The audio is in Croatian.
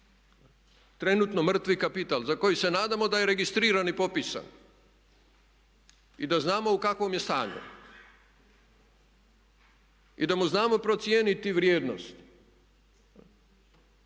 Trenutno mrtvi kapital za koji se nadamo da je registriran i popisan i da znamo u kakvom je stanju i da mu znamo procijeniti vrijednost.